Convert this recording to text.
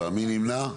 מי נמנע?